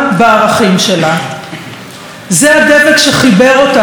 זה הדבק שחיבר אותנו גם ברגעים קשים.